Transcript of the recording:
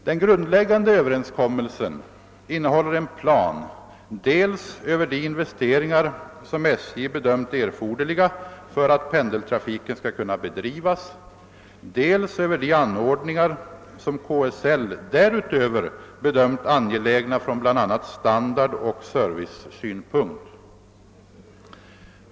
Den grundläggande överenskommelsen innehåller en plan dels över de investeringar som SJ bedömt erforderliga för att pendeltrafiken skall kunna bedrivas, dels över de anordningar som KSL därutöver bedömt angelägna från bl.a. standardoch servicesynpunkt.